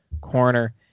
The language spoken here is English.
Corner